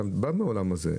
אתה בא מהעולם הזה.